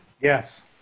Yes